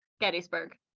Gettysburg